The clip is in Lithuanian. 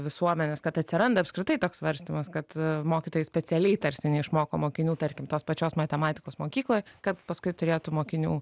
visuomenės kad atsiranda apskritai toks svarstymas kad mokytojai specialiai tarsi neišmoko mokinių tarkim tos pačios matematikos mokykloj kad paskui turėtų mokinių